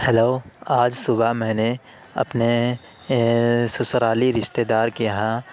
hello آج صبح میں نے اپنے سسرالی رشتہ دار کے یہاں